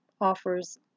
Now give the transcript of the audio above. offers